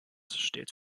steht